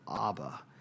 Abba